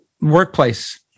workplace